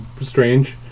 strange